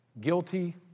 Guilty